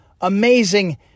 amazing